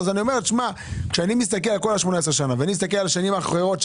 אני אומר כשאני מסתכל על כל ה-18 שנה ואני מסתכל שנים אחרות,